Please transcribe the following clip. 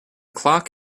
clock